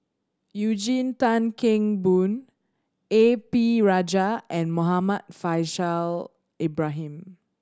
Eugene Tan Kheng Boon A P Rajah and Muhammad Faishal Ibrahim